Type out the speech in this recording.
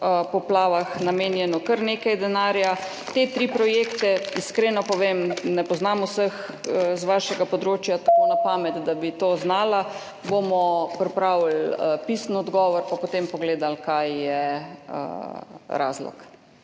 poplavah namenjeno kar nekaj denarja. Te tri projekte, iskreno povem, ne poznam vseh projektov z vašega področja tako na pamet, da bi to znala [povedati], pripravili bomo pisni odgovor in potem pogledali, kaj je razlog.